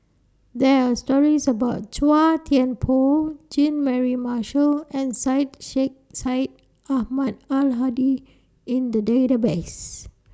There Are stories about Chua Thian Poh Jean Mary Marshall and Syed Sheikh Syed Ahmad Al Hadi in The Database